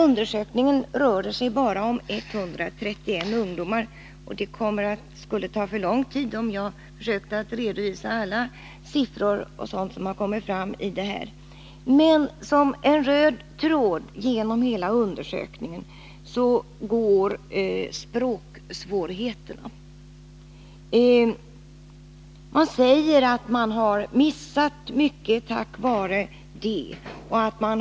Undersökningen omfattade 131 ungdomar. Det skulle ta för lång tid om jag försökte redovisa alla sifferuppgifter och annat som kommit fram vid undersökningen. Jag vill dock peka på att språksvårigheterna går som en röd tråd genom hela undersökningen. Ungdomarna säger att de har missat mycket på grund av dessa.